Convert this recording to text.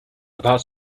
about